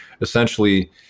essentially